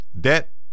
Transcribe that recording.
debt